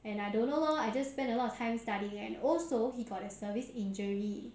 and I don't know lor I just spend a lot of time studying and also he got a service injury